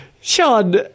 Sean